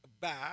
back